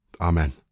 Amen